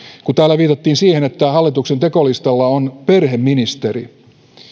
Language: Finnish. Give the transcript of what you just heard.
kun täällä viitattiin siihen että hallituksen tekolistalla on perheministeri